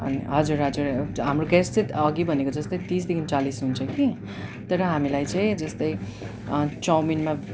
हजुर हजुर हाम्रो गेस्ट चाहिँ अघि भनेको जस्तै तिसदेखि चालिस हुन्छ कि तर हामीलाई चाहिँ जस्तै चौमिनमा